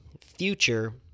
future